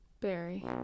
Barry